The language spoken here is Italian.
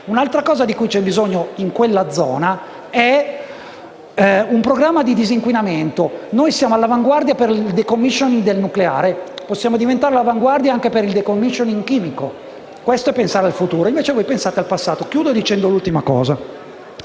Un'altra cosa di cui c'è bisogno in quella zona è un programma di disinquinamento. Noi siamo all'avanguardia per il *decommissioning* nucleare; possiamo diventare all'avanguardia anche per il *decommissioning* chimico. Questo è pensare al futuro; invece voi pensate al passato. Chiudo dicendo un'ultima cosa.